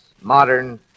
modern